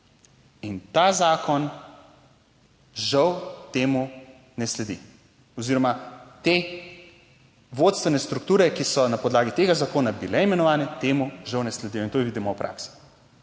in ta zakon žal temu ne sledi oziroma te vodstvene strukture, ki so na podlagi tega zakona bile imenovane, temu žal ne sledijo in to vidimo v praksi.